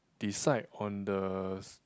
decide on the